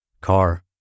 car